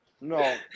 No